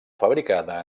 fabricada